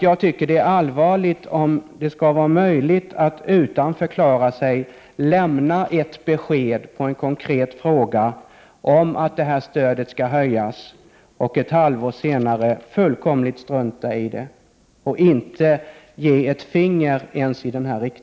Jag tycker att det är allvarligt om det skall vara möjligt att utan att förklara sig först lämna beskedet på en konkret fråga att stödet skall höjas, men sedan ett halvår senare fullkomligt strunta i det.